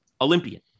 Olympian